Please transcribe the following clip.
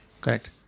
correct